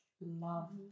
love